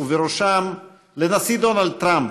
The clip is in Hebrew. ובראשם לנשיא דונלד טראמפ,